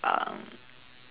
um